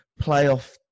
playoff